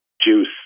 juice